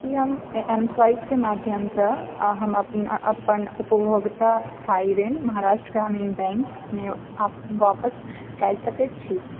की हम M swipe कऽ माध्यमसँ हम अपन उपभोक्ता स्थायी ऋण महाराष्ट्र ग्रामीण बैंक मे आपस कऽ सकैत छी